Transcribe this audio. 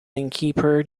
innkeeper